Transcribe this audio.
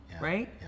right